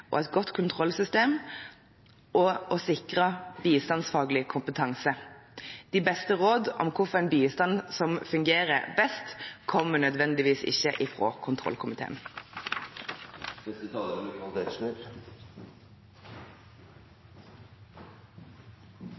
et godt kontrollsystem og av å sikre bistandsfaglig kompetanse. De beste råd om hvilken bistand som fungerer best, kommer ikke nødvendigvis